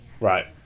right